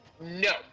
No